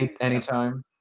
Anytime